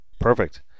Perfect